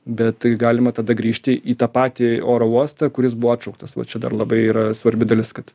bet galima tada grįžti į tą patį oro uostą kuris buvo atšauktas va čia dar labai yra svarbi dalis kad